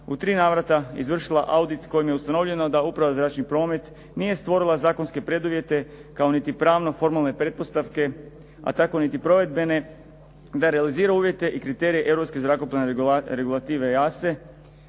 u tri navrata izvršila audit kojim je ustanovljeno da Uprava zračni promet nije stvorila zakonske preduvjete kao niti pravno formalne pretpostavke, a tako niti provedbene, da realizira uvjete i kriterije Europske